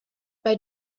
bei